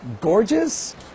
gorgeous